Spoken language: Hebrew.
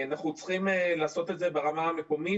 אנחנו צריכים לעשות את זה ברמה המקומית,